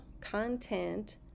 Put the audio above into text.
content